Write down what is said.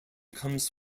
comes